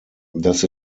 das